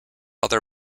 other